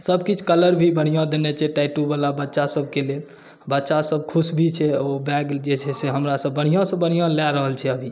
सभ किछु कलर भी बढ़िआँ देने छै टैटूवला बच्चासभके लेल बच्चासभ खुश भी छै ओ बैग जे छै से हमरासँ बढ़िआँसँ बढ़िआँ लऽ रहल छै अभी